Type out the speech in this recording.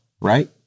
right